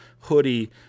hoodie